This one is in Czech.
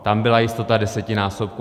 Tam byla jistota desetinásobku.